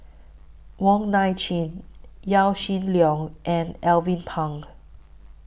Wong Nai Chin Yaw Shin Leong and Alvin Pang